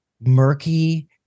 murky